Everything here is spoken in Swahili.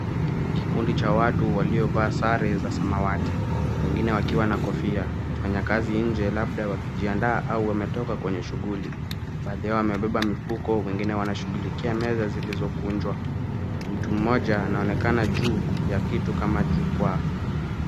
Kikundi cha watu waliovaa sare za samawati. Wengine wakiwa na kofia, wanyakazi nje labda wakijiandaa au wametoka kwenye shughuli. Baadhi yao wamebeba mifuko, wengine wanashughulikia meza zilizokunjwa. Mtu mmoja anaonekana juu ya kitu kama jukwaa.